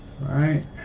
right